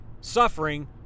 suffering